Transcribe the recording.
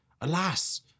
Alas